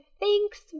thanks